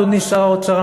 אדוני שר האוצר,